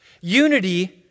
Unity